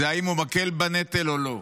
אם הוא מקל את הנטל או לא.